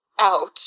out